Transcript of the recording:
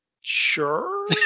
Sure